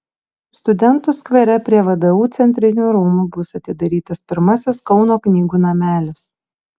studentų skvere prie vdu centrinių rūmų bus atidarytas pirmasis kauno knygų namelis